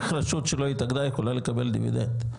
איך רשות שלא התאגדה יכולה לקבל דיבידנד?